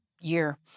year